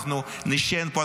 אנחנו נישן פה,